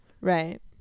Right